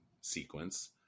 sequence